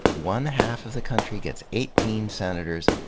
one half of the country gets eighteen senators,